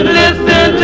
listen